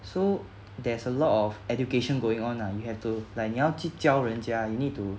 so there's a lot of education going on lah you have to like 你要去教人家 you need to